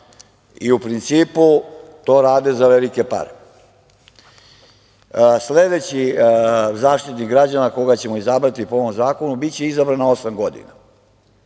i u principu to rade za velike pare. Sledeći Zaštitnik građana koga ćemo izabrati po ovom zakonu biće izabran na osam godina.